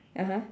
(uh huh)